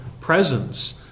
presence